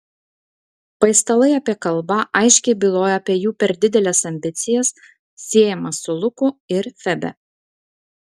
paistalai apie kalbą aiškiai byloja apie jų per dideles ambicijas siejamas su luku ir febe